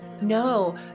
No